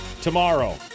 tomorrow